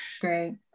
Great